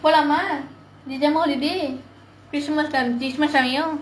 போலாமா:polaamaa december holiday christmas time christmas சமயம்:samayam